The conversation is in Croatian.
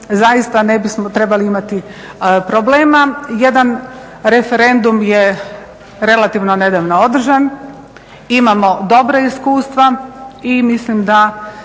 zaista ne bismo trebali imati problema. Jedan referendum je relativno nedavno održan, imamo dobra iskustva i mislim da